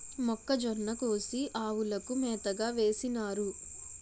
మొక్కజొన్న కోసి ఆవులకు మేతగా వేసినారు